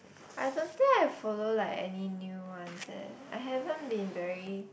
I don't think I follow like any new ones eh I haven't been very